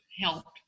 helped